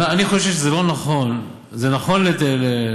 אני חושב שזה לא נכון, זה נכון לדרוש,